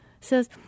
says